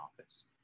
Office